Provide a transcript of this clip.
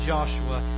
Joshua